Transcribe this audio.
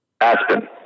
Aspen